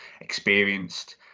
experienced